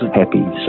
happy